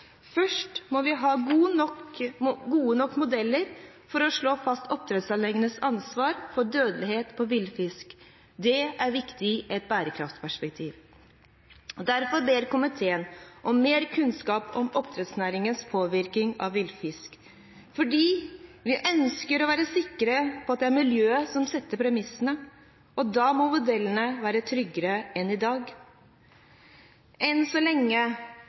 Først må vi ha gode nok modeller for å slå fast oppdrettsanleggenes ansvar for dødelighet på villfisk. Det er viktig i et bærekraftperspektiv. Derfor ber komiteen om mer kunnskap om oppdrettsnæringens påvirkning på villfisken. Vi ønsker å være sikre på at det er miljøet som legger premissene. Da må modellene være tryggere enn i dag. Enn så lenge